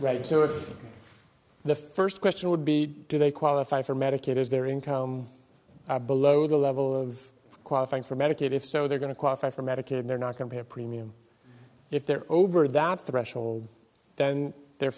to the first question would be do they qualify for medicaid is their income below the level of qualifying for medicaid if so they're going to qualify for medicaid they're not going to have premium if they're over that threshold then their